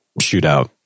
shootout